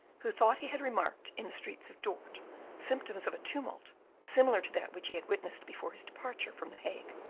who thought he had remarked in the streets of dort symptoms of a tumult similar to that which he had witnessed before his departure from the hague,